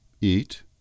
eat